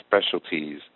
specialties